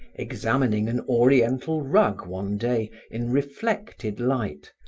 examining an oriental rug, one day, in reflected light,